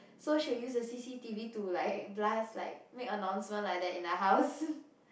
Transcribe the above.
so she will use the C_C_T_V to like blast like make announcement like that in the house